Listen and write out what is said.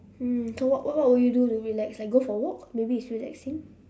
mm so what what would you do to relax like go for a walk maybe it's relaxing